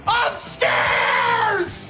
upstairs